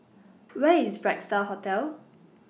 Where IS Bright STAR Hotel